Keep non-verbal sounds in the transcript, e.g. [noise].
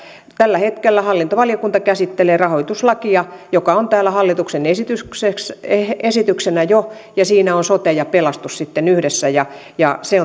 tällä hetkellä hallintovaliokunta käsittelee rahoituslakia joka on täällä hallituksen esityksenä jo siinä on sote ja pelastus sitten yhdessä ja ja se [unintelligible]